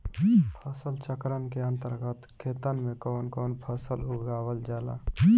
फसल चक्रण के अंतर्गत खेतन में कवन कवन फसल उगावल जाला?